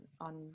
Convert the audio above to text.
on